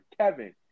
Kevin